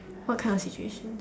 what kind of situation